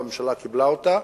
והממשלה קיבלה אותה,